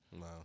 Wow